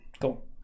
Cool